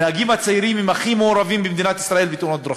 הנהגים הצעירים הם הכי מעורבים במדינת ישראל בתאונות דרכים.